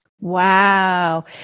wow